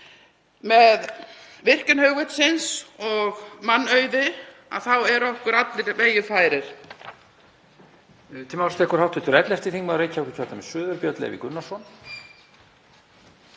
Með virkjun hugvitsins og mannauði eru okkur allir vegir færir.